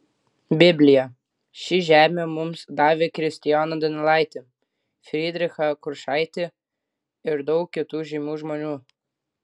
biblija ši žemė mums davė kristijoną donelaitį frydrichą kuršaitį ir daug kitų žymių žmonių